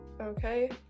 Okay